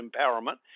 empowerment